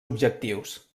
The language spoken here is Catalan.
objectius